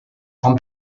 con